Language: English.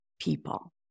people